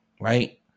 Right